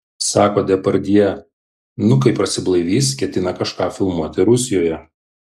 sako depardjė nu kai prasiblaivys ketina kažką filmuoti rusijoje